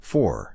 Four